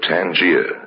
Tangier